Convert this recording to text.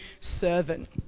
servant